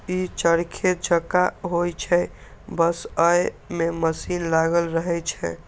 ई चरखे जकां होइ छै, बस अय मे मशीन लागल रहै छै